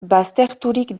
bazterturik